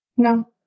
No